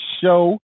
show